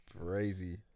Crazy